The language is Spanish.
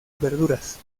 verduras